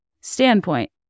standpoint